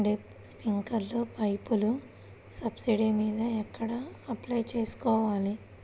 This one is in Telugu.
డ్రిప్, స్ప్రింకర్లు పైపులు సబ్సిడీ మీద ఎక్కడ అప్లై చేసుకోవాలి?